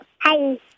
Hi